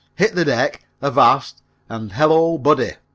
hit the deck, avast, and hello, buddy!